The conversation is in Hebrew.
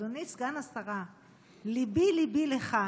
אדוני סגן השרה, ליבי עליך,